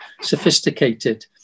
sophisticated